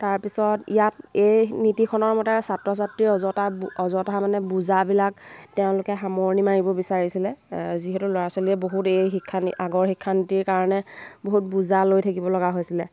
তাৰপিছত ইয়াত এই নীতিখনৰ মতে ছাত্ৰ ছাত্ৰীৰ অযথা অযথা মানে বোজাবিলাক তেওঁলোকে সামৰণি মাৰিব বিচাৰিছিলে যিহেতু ল'ৰা ছোৱালীয়ে বহুত এই শিক্ষা আগৰ শিক্ষানীতিৰ কাৰণে বহুত বোজা লৈ থাকিব লগা হৈছিলে